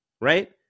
right